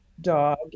dog